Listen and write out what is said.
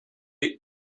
est